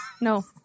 No